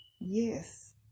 Yes